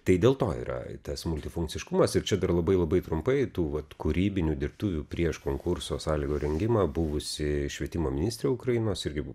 tai dėl to yra tas multifunkciškumas ir čia dar labai labai trumpai tų vat kūrybinių dirbtuvių prieš konkurso sąlygų rengimą buvusi švietimo ministrė ukrainos irgi